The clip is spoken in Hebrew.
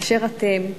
אשר אתם,